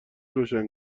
روشن